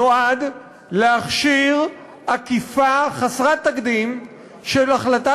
נועד להכשיר עקיפה חסרת תקדים של החלטת